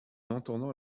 entendant